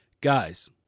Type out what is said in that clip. guys